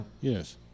yes